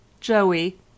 Joey